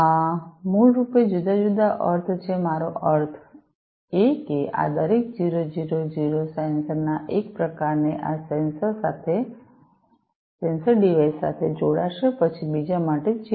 આ મૂળરૂપે જુદા જુદા અર્થ છે મારો અર્થ એ કે આ દરેક 000 સેન્સર ના એક પ્રકારને આ સેન્સર ડિવાઇસ સાથે જોડાશે પછી બીજા માટે 011